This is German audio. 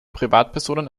privatpersonen